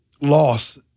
loss